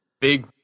Big